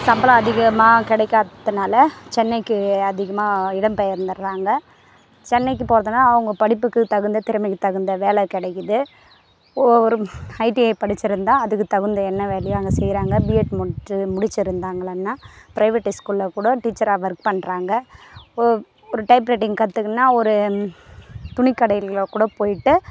சம்பளம் அதிகமாக கிடைக்காததுனால சென்னைக்கு அதிகமாக இடம் பெயர்ந்துட்டுறாங்க சென்னைக்கு போகறதுனால அவங்க படிப்புக்கு தகுந்த திறமைக்கு தகுந்த வேலை கிடைக்குது ஒ ஒரு ஐடிஐ படிச்சிருந்தால் அதுக்கு தகுந்த என்ன வேலையோ அங்கே செய்யறாங்க பிஎட் முடிச்சு முடிச்சுருந்தாங்களான்னா ப்ரைவேட்டு ஸ்கூலில் கூட டிச்சராக வொர்க் பண்ணுறாங்க ஒ ஒரு டைப்ரெட்டிங் கற்றுக்கின்னா ஒரு துணிக்கடைகளில் கூட போயிவிட்டு